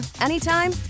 anytime